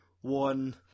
one